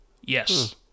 yes